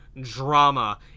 drama